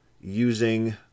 using